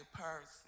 person